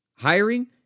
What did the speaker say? Hiring